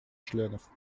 членов